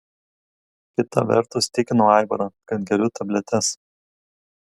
kita vertus tikinau aivarą kad geriu tabletes